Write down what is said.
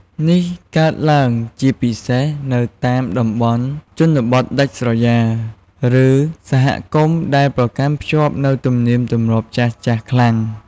នេះកើតឡើងជាពិសេសនៅតាមតំបន់ជនបទដាច់ស្រយាល ឬសហគមន៍ដែលប្រកាន់ខ្ជាប់នូវទំនៀមទម្លាប់ចាស់ៗខ្លាំង។